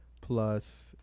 plus